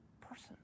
person